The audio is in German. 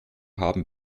haben